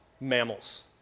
mammals